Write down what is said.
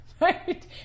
Right